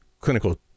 clinical